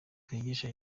twigisha